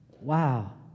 Wow